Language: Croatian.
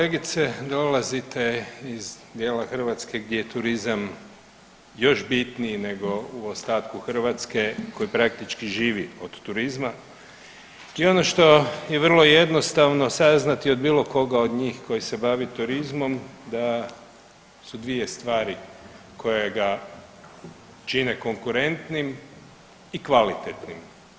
Poštovana kolegice, dolazite iz dijela Hrvatske gdje je turizam još bitniji nego u ostatku Hrvatske koji praktički živi od turizma i ono što je vrlo jednostavno saznati od bilo koga od njih koji se bavi turizmom da su dvije stvari koje ga čine konkurentnim i kvalitetnim.